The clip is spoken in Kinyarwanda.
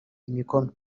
imikono